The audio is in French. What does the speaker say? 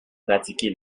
pratiquer